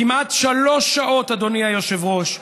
כמעט שלוש שעות, אדוני היושב-ראש,